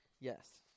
Yes